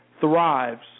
thrives